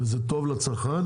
זה טוב לצרכן.